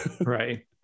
right